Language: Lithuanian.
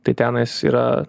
tai tenais yra